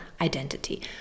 identity